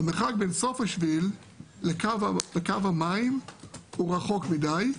המרחק בין סוף השביל לקו המים הוא רחוק מדי,